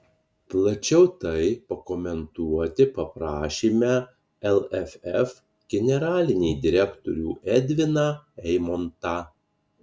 plačiau tai pakomentuoti paprašėme lff generalinį direktorių edviną eimontą